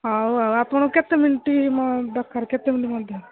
ହେଉ ଆପଣ କେତେ ମିନିଟ୍ ଦରକାର କେତେ ମିନିଟ୍ ମଧ୍ୟରେ